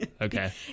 okay